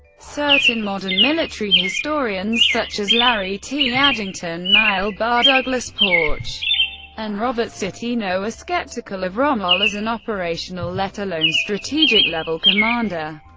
certain modern military historians, such as larry t. addington, niall barr, douglas porch and robert citino, are skeptical of rommel as an operational, let alone strategic level commander.